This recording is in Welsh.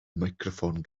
meicroffon